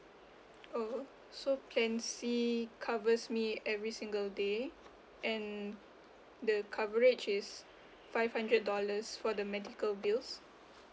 oh so plan C covers me every single day and the coverage is five hundred dollars for the medical bills